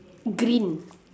green